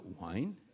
wine